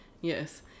Yes